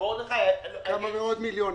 מאות מיליונים.